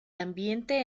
ambiente